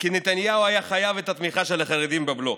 כי נתניהו היה חייב את התמיכה של החרדים בבלוק,